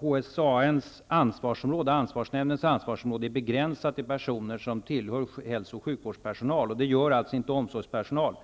HSAN:s ansvarsområde är emellertid begränsat till personer som tillhör kategorin hälso och sjukvårdspersonal. Det gör inte omsorgspersonal.